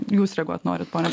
jūs reaguot norit pone